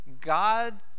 God